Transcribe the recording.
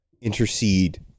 intercede